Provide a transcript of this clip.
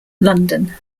london